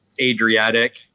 Adriatic